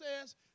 says